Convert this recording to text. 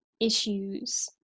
issues